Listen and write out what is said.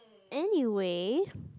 anyway